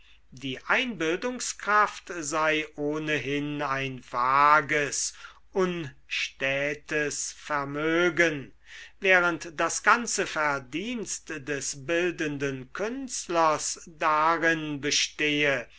die einbildungskraft sei ohnehin ein vages unstätes vermögen während das ganze verdienst des bildenden künstlers darin bestehe